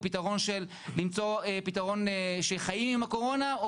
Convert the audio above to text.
הוא פתרון של למצוא פתרון שחיים עם הקורונה או